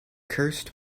cursed